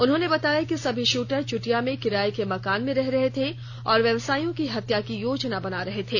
उन्होंने बताया कि सभी शूटर चुटिया में किराए के मकान में रह रहे थे और व्यवसायियों की हत्या की योजना बना रहे थे